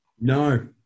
No